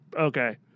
okay